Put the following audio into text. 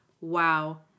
wow